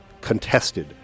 contested